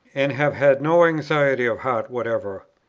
and have had no anxiety of heart whatever.